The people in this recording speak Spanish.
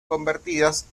convertidas